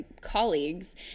colleagues